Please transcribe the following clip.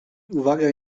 uwagę